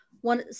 One